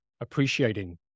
appreciating